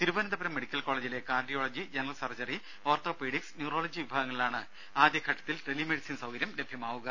Thiruvananthapuram medical കോളേജിലെ cardiology general surgery orthopaedics neurology വിഭാഗങ്ങളിലാണ് ആദ്യഘട്ടത്തിൽ ടെലിമെഡിസിൻ സൌകര്യം ലഭ്യമാവുക